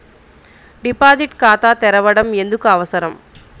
Deposit ఖాతా తెరవడం ఎందుకు అవసరం?